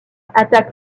attaque